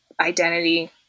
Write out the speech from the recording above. identity